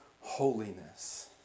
holiness